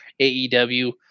AEW